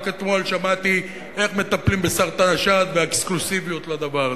רק אתמול שמעתי איך מטפלים בסרטן השד והאקסקלוסיביות בדבר הזה,